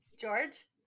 George